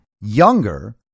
younger